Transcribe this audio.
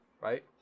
right